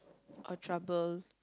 or trouble